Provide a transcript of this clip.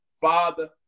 Father